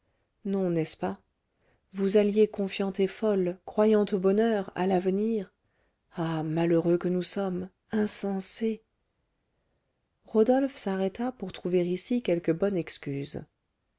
non n'est-ce pas vous alliez confiante et folle croyant au bonheur à l'avenir ah malheureux que nous sommes insensés rodolphe s'arrêta pour trouver ici quelque bonne excuse